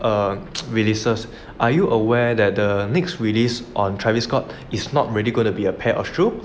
err releases are you aware that the next release on travis scott is not really going to be a pair of shoe